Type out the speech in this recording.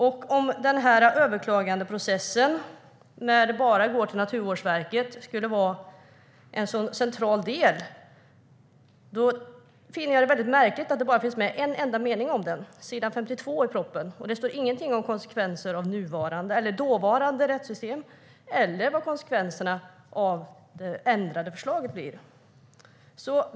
Om överklagandeprocessen, när den bara går till Naturvårdsverket, skulle vara en sådan central del finner jag det märkligt att det bara finns med en enda mening om den, på s. 52 i propositionen. Det står ingenting om konsekvenser av dåvarande rättssystem eller om vad konsekvenserna av det ändrade förslaget blir.